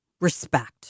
respect